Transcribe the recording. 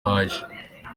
haje